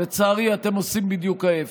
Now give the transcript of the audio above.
לצערי, אתם עושים בדיוק ההפך.